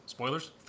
Spoilers